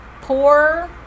poor